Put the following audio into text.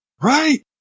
Right